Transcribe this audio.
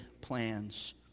plans